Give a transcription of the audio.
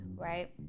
Right